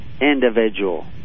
individual